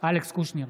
אלכס קושניר,